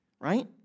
right